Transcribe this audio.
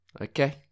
Okay